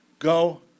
Go